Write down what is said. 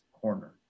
corner